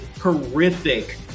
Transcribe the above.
horrific